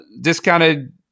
discounted